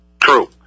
True